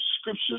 scriptures